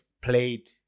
played